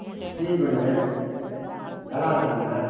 Stephen Velankannan